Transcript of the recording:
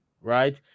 right